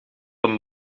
een